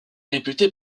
réputée